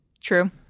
True